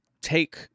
take